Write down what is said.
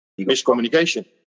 Miscommunication